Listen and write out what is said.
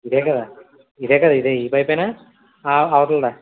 ఇదే కదా ఇదే కదా ఇదే ఈ పైపేనా అవతలదా